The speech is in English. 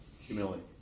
Humility